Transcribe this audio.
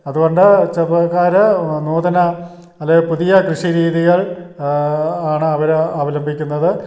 അതുകൊണ്ട് ചെറുപ്പക്കാർ നൂതന അല്ലെങ്കിൽ പുതിയ കൃഷിരീതികൾ ആണ് അവർ അവലമ്പിക്കുന്നത്